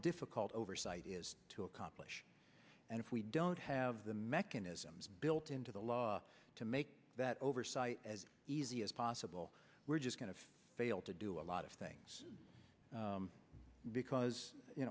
difficult oversight is to accomplish and if we don't have the mechanisms built into the law to make that oversight as easy as possible we're just going to fail to do a lot of things because you